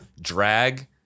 drag